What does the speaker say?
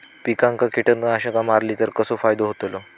पिकांक कीटकनाशका मारली तर कसो फायदो होतलो?